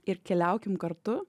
ir keliaukim kartu